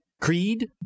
creed